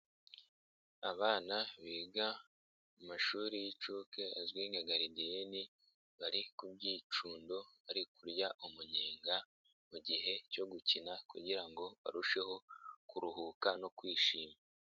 Abana biga mu mashuri y'incuke azwi nka garidine bari kubyicundo bari kurya umunyenga mu gihe cyo gukina kugirango ngo barusheho kuruhuka no kwishima.